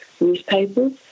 newspapers